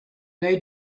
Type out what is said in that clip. they